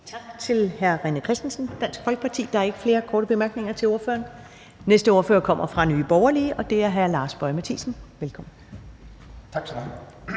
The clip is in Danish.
Tak til hr. René Christensen, Dansk Folkeparti. Der er ikke flere korte bemærkninger til ordføreren. Næste ordfører kommer fra Nye Borgerlige, og det er hr. Lars Boje Mathiesen. Velkommen. Kl.